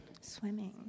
Swimming